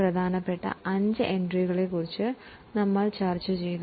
പ്രധാനമായ അഞ്ചു എൻട്രികളെ കുറിച്ചു ചർച്ച ചെയ്തു